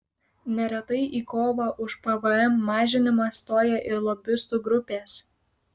neretai į kovą už pvm mažinimą stoja ir lobistų grupės